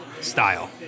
style